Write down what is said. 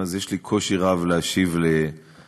יש לי קושי רב להשיב על שאלתך,